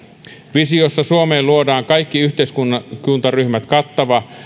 visiossa suomeen luodaan kaikki yhteiskuntaryhmät kattava